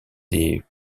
des